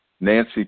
Nancy